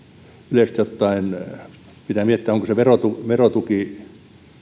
yleisesti ottaen pitää miettiä onko se verotuki verotuki